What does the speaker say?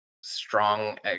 strong